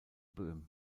böhm